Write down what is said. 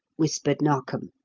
whispered narkom.